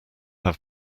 have